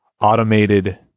automated